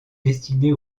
destinées